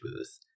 booth